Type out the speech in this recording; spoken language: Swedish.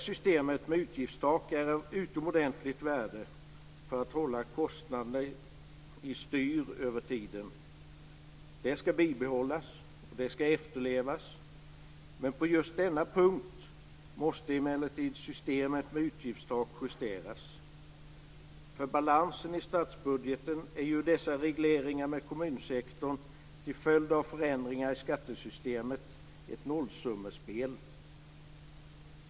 Systemet med utgiftstak är av utomordentligt värde för att hålla kostnaderna i styr över tiden. Det ska bibehållas och efterlevas. På just denna punkt måste emellertid systemet med utgiftstak justeras. För balansen i statsbudgeten är dessa regleringar med kommunsektorn till följd av förändringar i skattesystemet ett nollsummespel.